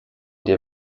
der